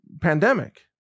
pandemic